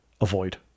Avoid